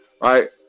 right